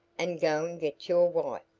and go and get your wife.